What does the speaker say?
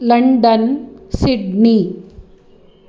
London Sydney